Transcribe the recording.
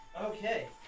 Okay